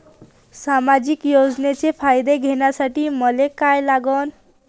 सामाजिक योजनेचा फायदा घ्यासाठी मले काय लागन?